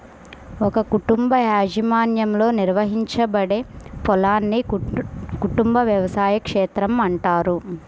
ఒక కుటుంబ యాజమాన్యంలో నిర్వహించబడే పొలాన్ని కుటుంబ వ్యవసాయ క్షేత్రం అంటారు